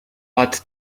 but